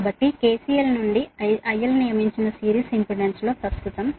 కాబట్టి KCL నుండి నియమించిన IL సిరీస్ ఇంపెడెన్స్లో కరెంటు